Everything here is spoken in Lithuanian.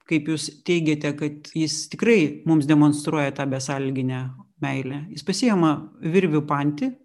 kaip jūs teigiate kad jis tikrai mums demonstruoja tą besąlyginę meilę jis pasiima virvių pantį